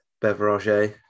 beverage